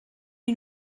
you